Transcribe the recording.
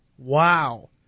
Wow